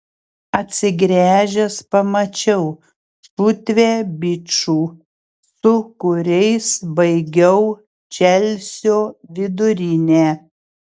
atsigręžęs pamačiau šutvę bičų su kuriais baigiau čelsio vidurinę